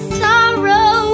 sorrow